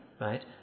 right